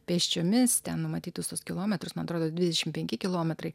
pėsčiomis ten numatytus tuos kilometrus man atrodo dvidešim penki kilometrai